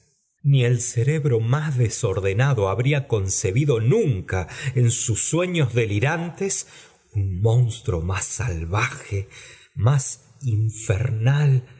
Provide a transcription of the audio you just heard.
ni el cerebro más desordenado habría concebido nunca en sus sueños delirantes un monstruo más salvaje más infernal